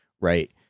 right